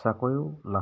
চাকৰিও লাভ কৰিছে